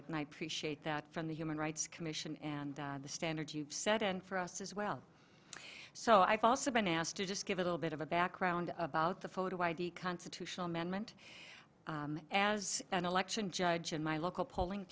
it and i appreciate that from the human rights commission and the standard you set and for us as well so i've also been asked to just give a little bit of a background about the photo id constitutional amendment as an election judge in my local polling